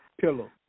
pillow